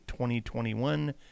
2021